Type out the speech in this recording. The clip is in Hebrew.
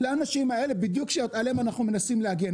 לאנשים האלה, בדיוק שעליהם אנחנו מנסים להגן.